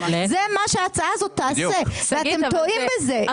זה מה שההצעה הזאת תעשה ואתם טועים בזה,